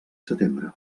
setembre